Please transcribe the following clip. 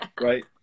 right